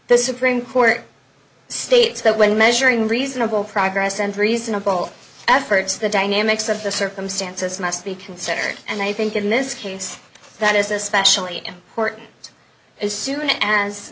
the supreme court states that when measuring reasonable progress and reasonable efforts the dynamics of the circumstances must be considered and i think in this case that is especially important as soon as